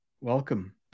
Welcome